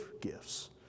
gifts